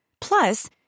Plus